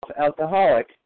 alcoholic